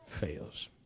fails